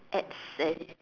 add say